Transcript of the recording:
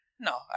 No